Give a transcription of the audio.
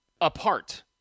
apart